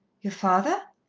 your father?